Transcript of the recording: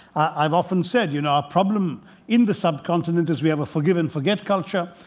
i've often said, you know, our problem in the subcontinent is we have a forgive and forget culture.